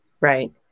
Right